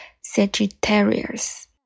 Sagittarius